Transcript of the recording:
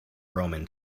roman